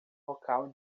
local